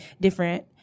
different